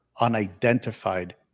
unidentified